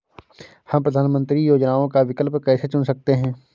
हम प्रधानमंत्री योजनाओं का विकल्प कैसे चुन सकते हैं?